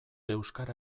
euskara